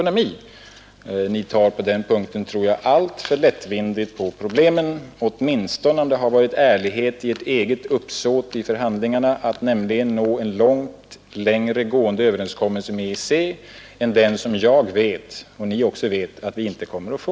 Ni tar på den punkten, tror jag, alltför lättvindigt på problemen, åtminstone om Ert eget uppsåt i förhandlingarna har varit ärligt, nämligen att nå en längre gående överenskommelse med EEC än den som jag vet — och som Ni också vet — att vi inte kommer att få.